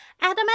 Adam